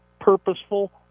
purposeful